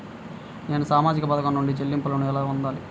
నేను సామాజిక పథకం నుండి చెల్లింపును ఎలా పొందాలి?